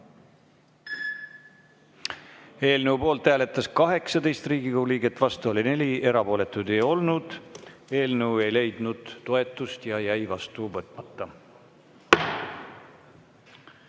Eelnõu poolt hääletas 18 Riigikogu liiget, vastu oli 4, erapooletuid ei olnud. Eelnõu ei leidnud toetust ja jäi vastu võtmata. Jüri